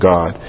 God